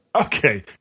Okay